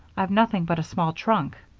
i've nothing but a small trunk.